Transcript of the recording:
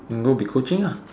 go be coaching ah